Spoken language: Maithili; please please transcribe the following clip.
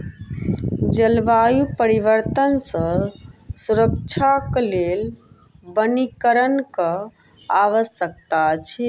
जलवायु परिवर्तन सॅ सुरक्षाक लेल वनीकरणक आवश्यकता अछि